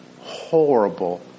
horrible